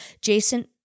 jason